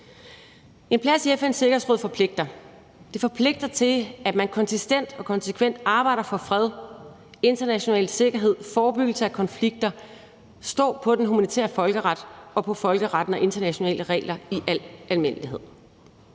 En plads i FN's Sikkerhedsråd forpligter. Det forpligter til, at man konsistent og konsekvent arbejder for fred, international sikkerhed, forebyggelse af konflikter og står på den humanitære folkeret og på folkeretten og internationale regler i al almindelighed.